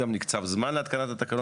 גם נקצב זמן להתקנת התקנות.